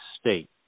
state